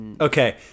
Okay